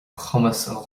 chumas